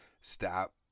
stop